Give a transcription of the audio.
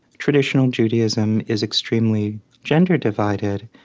traditional judaism is extremely gender divided.